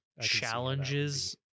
challenges